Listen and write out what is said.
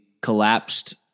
collapsed